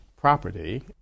property